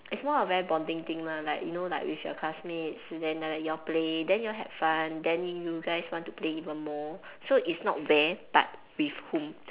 it's more of a very bonding thing lah like you know like with your classmates then like you all play then you all had fun then you guys want to play even more so it's not where but with whom